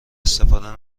استفاده